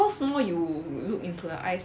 cause you know you look into the eyes ah